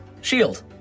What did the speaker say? Shield